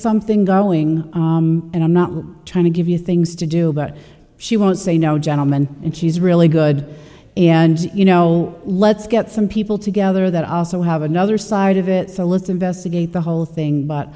something going and i'm not trying to give you things to do but she won't say no gentleman and she's really good and you know let's get some people together that also have another side of it so let's investigate the whole thing